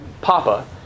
Papa